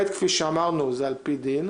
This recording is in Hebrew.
ב', כפי שאמרנו, זה על פי דין.